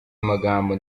amagambo